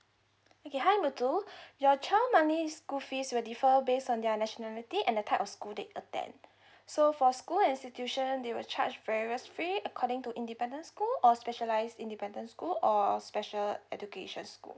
okay hi muthu your child monthly school fees will differ based on their nationality and the type of school they attend so for school institution they will charge various fee according to independent school or specialized independent school or special education school